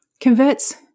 converts